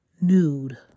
nude